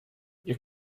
you